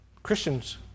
Christians